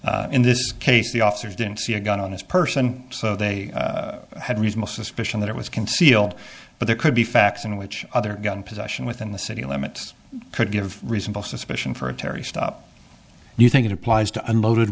gun in this case the officer didn't see a gun on his person so they had reasonable suspicion that it was concealed but there could be facts in which other gun possession within the city limits could give reasonable suspicion for a terry stop you think it applies to unloaded